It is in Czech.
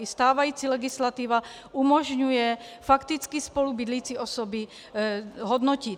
I stávající legislativa umožňuje fakticky spolubydlící osoby hodnotit.